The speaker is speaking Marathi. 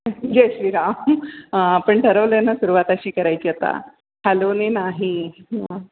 जय श्रीराम आपण ठरवलं आहे ना सुरवात अशी करायची आता हॅलोने नाही